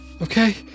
Okay